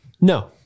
No